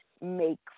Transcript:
make